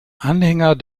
anhänger